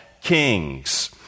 kings